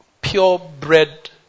purebred